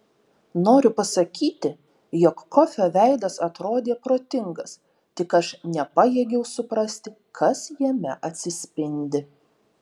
noriu pasakyti jog kofio veidas atrodė protingas tik aš nepajėgiau suprasti kas jame atsispindi